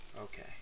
Okay